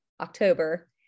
October